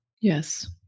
Yes